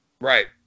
right